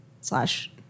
slash